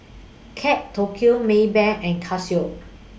Kate Tokyo Maybank and Casio